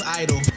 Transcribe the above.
idol